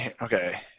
okay